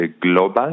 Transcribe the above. global